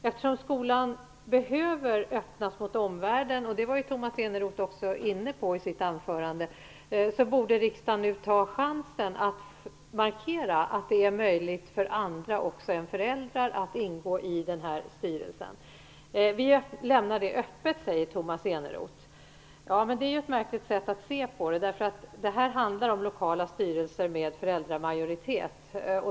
Eftersom skolan behöver öppnas mot omvärlden, vilket Tomas Eneroth var inne på i sitt anförande, borde riksdagen nu ta chansen att markera att det är möjligt också för andra än föräldrar att ingå i denna styrelse. Vi lämnar detta öppet, säger Tomas Eneroth. Men det är ett märkligt sätt att se på det, eftersom detta handlar om lokala styrelser med föräldramajoritet.